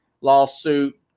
lawsuit